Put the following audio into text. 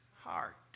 heart